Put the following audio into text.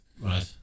Right